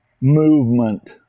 movement